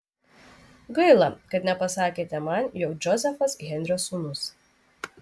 gaila kad nepasakėte man jog džozefas henrio sūnus